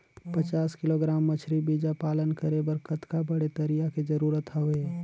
पचास किलोग्राम मछरी बीजा पालन करे बर कतका बड़े तरिया के जरूरत हवय?